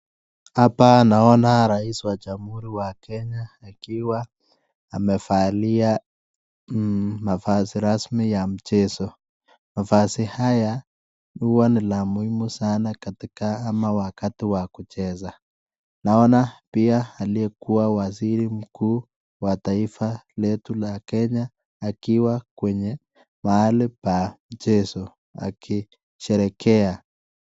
Hapa naona rais wa jamuhuri wa kenya akiwa amevalia mavazi rasmi ya mchezo. Mavazi haya huwa ni la muhimu sana katika ama wakati wa kucheza. Naona pia aliyekuwa waziri mkuu wa taifa letu la kenya akiwa kwenye mahali pa mchezo akisherehekea.